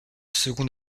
second